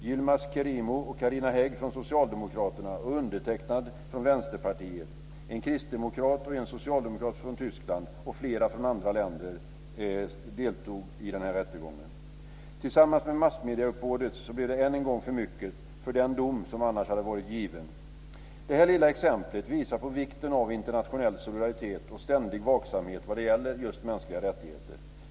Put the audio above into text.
Yilmaz Kerimo och Carina Hägg från Socialdemokraterna och undertecknad från Vänsterpartiet, en kristdemokrat och en socialdemokrat från Tyskland och flera från andra länder deltog i den här rättegången. Tillsammans med massmedieuppbådet blev det än en gång för mycket för den dom som annars hade varit given. Det här lilla exemplet visar på vikten av internationell solidaritet och ständig vaksamhet vad gäller just mänskliga rättigheter.